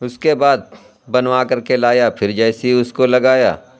اس کے بعد بنوا کر کے لایا پھر جیسے ہی اس کو لگایا